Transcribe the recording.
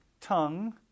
tongue